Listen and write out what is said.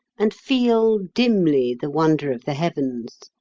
and feel dimly the wonder of the heavens.